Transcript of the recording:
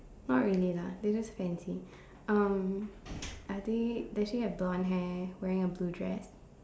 not really lah they're just fancy um are they does she have blond hair wearing a blue dress